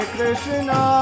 Krishna